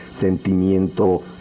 sentimiento